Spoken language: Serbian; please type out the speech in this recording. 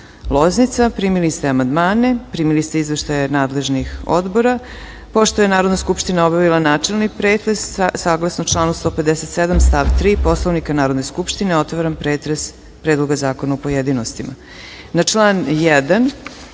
Ruma-Šabac-Loznica. Primili ste amandmane. Primili ste izveštaje nadležnih odbora. Pošto je Narodna skupština obavila načelni pretres, saglasno članu 157. stav 3. Poslovnika Narodne skupštine, otvaram pretres Predloga zakona u pojedinostima. Na član 1.